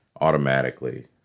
automatically